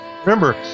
Remember